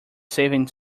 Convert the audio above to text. saving